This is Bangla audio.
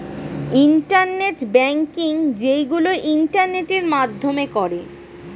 ইন্টারনেট ব্যাংকিং যেইগুলো ইন্টারনেটের মাধ্যমে করে